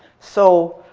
so